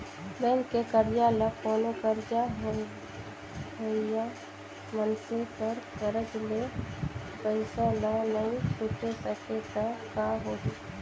bank के करजा ल कोनो करजा लेहइया मइनसे हर करज ले पइसा ल नइ छुटे सकें त का होही